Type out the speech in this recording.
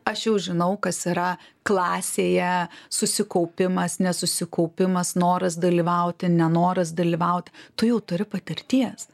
aš jau žinau kas yra klasėje susikaupimas nesusikaupimas noras dalyvauti nenoras dalyvauti tu jau turi patirties